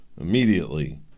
immediately